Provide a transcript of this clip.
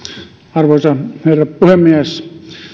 arvoisa herra puhemies